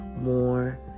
more